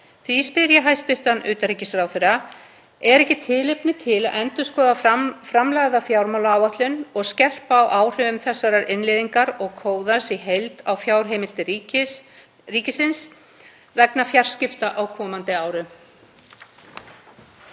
Því spyr ég hæstv. utanríkisráðherra: Er ekki tilefni til að endurskoða framlagða fjármálaáætlun og skerpa á áhrifum þessarar innleiðingar og Kóðans í heild á fjárheimildir ríkisins vegna fjarskipta á komandi árum?